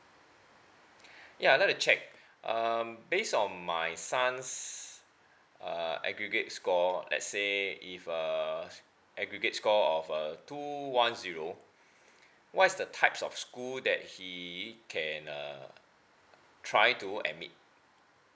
ya I'd like to check um based on my son's uh aggregate score let's say if uh aggregate score of uh two one zero what is the types of school that he can uh try to admit